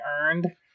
earned